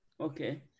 Okay